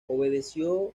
obedeció